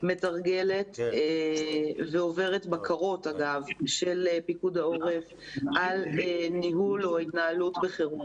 מתרגלת ועוברת בקרות של פיקוד העורף על ניהול או התנהלות בחירום.